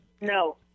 No